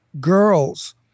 girls